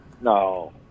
No